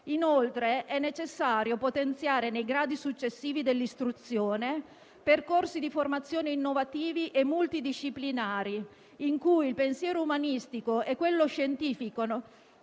Inoltre è necessario potenziare nei gradi successivi dell'istruzione percorsi di formazione innovativi e multidisciplinari, in cui il pensiero umanistico e quello scientifico